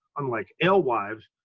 unlike alewives,